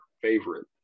favorite